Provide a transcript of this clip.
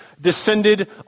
descended